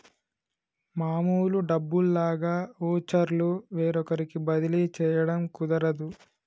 మామూలు డబ్బుల్లాగా వోచర్లు వేరొకరికి బదిలీ చేయడం కుదరదు